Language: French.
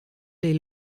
les